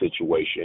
situation